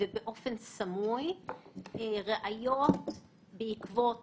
ובאופן סמוי ראיות בעקבות